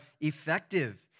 effective